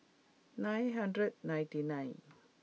nine hundred ninety nine